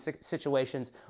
situations